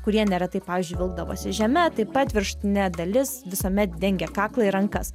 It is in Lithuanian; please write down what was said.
kurie neretai pavyzdžiui vilkdavosi žeme taip pat viršutinė dalis visuomet dengė kaklą ir rankas